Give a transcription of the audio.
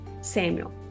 samuel